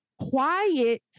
quiet